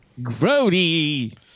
Grody